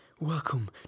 Welcome